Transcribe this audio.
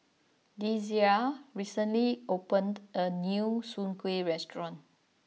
Desirae recently opened a new Soon Kuih restaurant